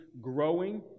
growing